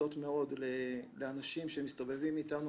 להודות מאוד לאנשים שמסתובבים איתנו